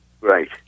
Right